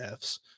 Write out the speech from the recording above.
Fs